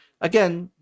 again